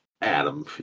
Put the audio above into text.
Adam